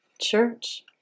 church